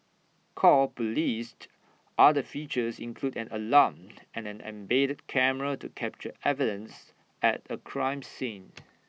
call police's other features include an alarm and an embedded camera to capture evidence at A crime scene